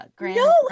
No